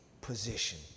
position